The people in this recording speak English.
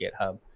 GitHub